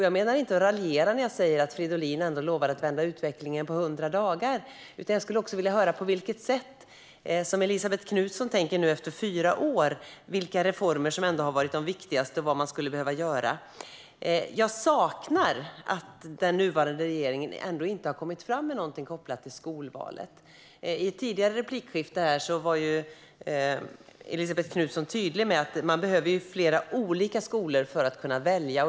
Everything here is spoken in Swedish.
Jag menar inte att raljera när jag säger att Fridolin lovade att vända utvecklingen på hundra dagar, utan jag skulle vilja höra vilka reformer Elisabet Knutsson nu efter fyra år tycker har varit de viktigaste och vad man skulle behöva göra. Jag beklagar att den nuvarande regeringen inte har kommit fram med någonting kopplat till skolvalet. I ett tidigare replikskifte var Elisabet Knutsson tydlig med att man behöver flera olika skolor för att kunna välja.